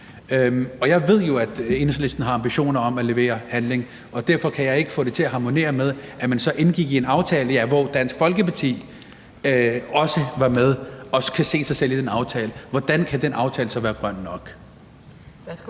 jeg ved jo, at Enhedslisten har ambitioner om at levere handling, og derfor kan jeg ikke få det til at harmonere med, at man så indgik i en aftale, hvor Dansk Folkeparti også var med, og også kan se sig selv i den aftale. Hvordan kan den aftale være grøn nok?